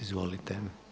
Izvolite.